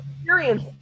experience